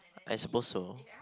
I suppose so